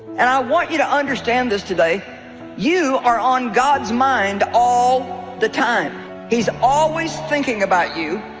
and i want you to understand this today you are on god's mind all the time he's always thinking about you.